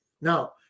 Now